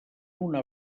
una